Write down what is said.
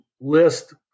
list